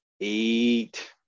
eight